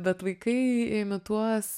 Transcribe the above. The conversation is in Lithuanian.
bet vaikai imituos